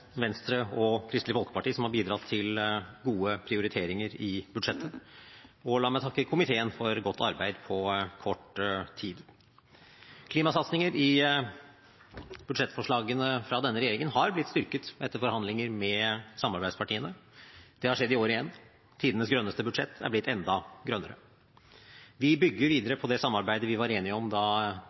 Venstre og Kristelig Folkeparti, som har bidratt til gode prioriteringer i budsjettet. Og la meg takke komiteen for godt arbeid på kort tid. Klimasatsinger i budsjettforslagene fra denne regjeringen har blitt styrket etter forhandlinger med samarbeidspartiene. Det har skjedd i år igjen; tidenes grønneste budsjett er blitt enda grønnere. Vi bygger videre på det samarbeidet vi var enige om da